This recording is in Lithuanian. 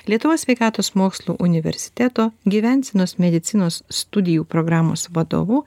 lietuvos sveikatos mokslų universiteto gyvensenos medicinos studijų programos vadovu